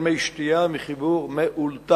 כ"ב בכסלו התש"ע (9 בדצמבר